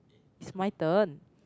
it's my turn